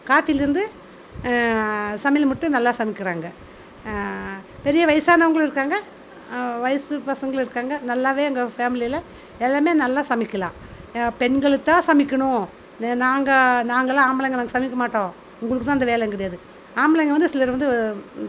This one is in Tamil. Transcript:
காஃபியிலிருந்து சமையல் மட்டும் நல்லா சமைக்கிறாங்க பெரிய வயசானவங்களும் இருக்காங்க வயசு பசங்களும் இருக்காங்க நல்லாவே எங்கள் ஃபேமிலியில எல்லாமே நல்லா சமைக்கலாம் பெண்களுக்கு தான் சமைக்கணும் நாங்கள் நாங்களாம் ஆம்பளைங்க நாங்கள் சமைக்க மாட்டோம் உங்களுக்கு தான் அந்த வேலன்னு கிடையாது ஆம்பளைங்க வந்து சிலர் வந்து